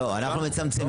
לא, אנחנו מצמצמים.